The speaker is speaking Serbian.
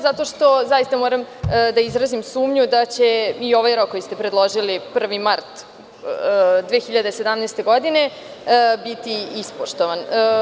Zato što zaista moram da izrazim sumnju da će i ovaj rok koji ste predložili 1. mart 2017. godine biti ispoštovan.